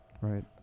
right